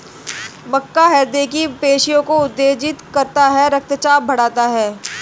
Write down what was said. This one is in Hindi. मक्का हृदय की पेशियों को उत्तेजित करता है रक्तचाप बढ़ाता है